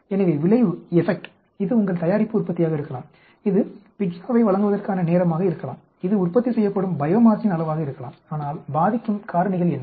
எனவே விளைவு இது உங்கள் தயாரிப்பு உற்பத்தியாக இருக்கலாம் இது பீஸ்ஸாவை வழங்குவதற்கான நேரமாக இருக்கலாம் இது உற்பத்தி செய்யப்படும் பையோமாஸின் அளவாக இருக்கலாம் ஆனால் பாதிக்கும் காரணிகள் என்ன